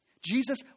Jesus